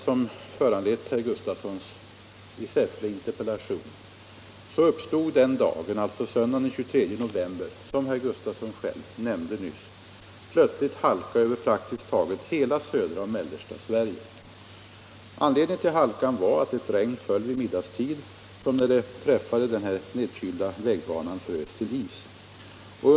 Som herr Gustafsson i Säffle själv nämnde nyss uppstod söndagen den 23 november plötsligt halka över praktiskt taget hela södra och mellersta Sverige. Anledningen till halkan var att det vid middagstid föll ett regn som, när det träffade den nedkylda vägbanan, frös till is.